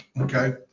Okay